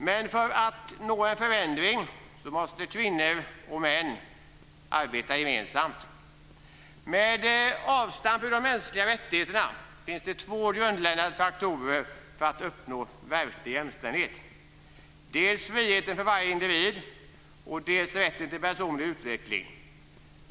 Men för att nå en förändring måste kvinnor och män arbeta gemensamt. Med utgångspunkt i de mänskliga rättigheterna kan man säga att det finns två grundläggande faktorer för att uppnå verklig jämställdhet: dels friheten för varje individ, dels rätten till personlig utveckling.